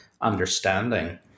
understanding